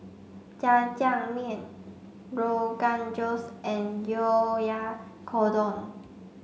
Jajangmyeon Rogan Josh and Oyakodon